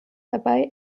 dabei